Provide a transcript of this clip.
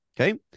Okay